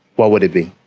what would it be?